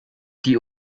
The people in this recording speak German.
die